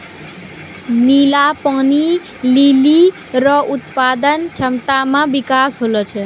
नीला पानी लीली रो उत्पादन क्षमता मे बिकास होलो छै